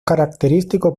característico